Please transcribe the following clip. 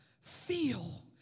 feel